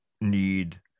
need